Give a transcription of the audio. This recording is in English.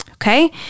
Okay